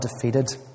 defeated